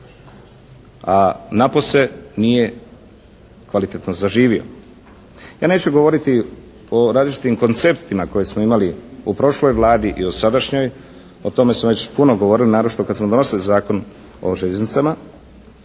A napose nije kvalitetno zaživio. Ja neću govoriti o različitim konceptima koje smo imali u prošloj Vladi i u sadašnjoj. O tome smo već puno govorili. Naročito kada smo donosili Zakon o željeznicama.